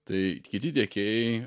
tai kiti tiekėjai